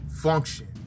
function